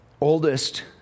oldest